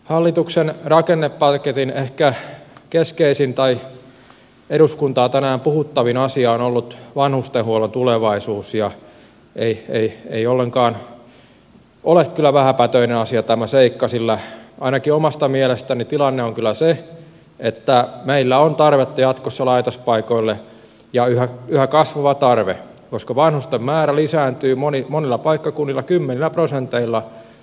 hallituksen rakennepaketin ehkä keskeisin tai eduskuntaa tänään puhuttavin asia on ollut vanhustenhuollon tulevaisuus ja ei ollenkaan ole kyllä vähäpätöinen asia tämä seikka sillä ainakin omasta mielestäni tilanne on kyllä se että meillä on tarvetta jatkossa laitospaikoille yhä kasvava tarve koska vanhusten määrä lisääntyy monilla paikkakunnilla kymmenillä prosenteilla lähivuosina